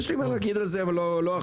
יש לי מה להגיד על זה אבל לא עכשיו.